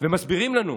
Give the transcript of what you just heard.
ומסבירים לנו,